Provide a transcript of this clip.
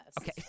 Okay